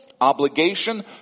obligation